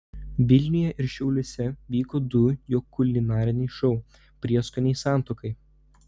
vilniuje ir šiauliuose vyko du jo kulinariniai šou prieskoniai santuokai